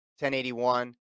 1081